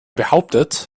behauptet